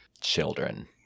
children